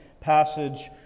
passage